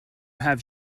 have